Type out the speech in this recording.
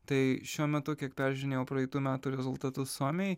tai šiuo metu kiek peržiūrinėjau praeitų metų rezultatus suomijoj